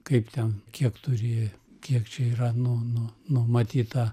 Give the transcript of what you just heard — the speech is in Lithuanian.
kaip ten kiek turi kiek čia yra nu nu numatyta